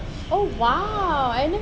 oh !wow! I never